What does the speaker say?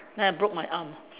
then I broke my arm